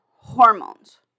hormones